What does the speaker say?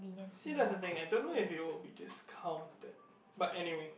see that's a thing I don't know if you would be just count the but anyway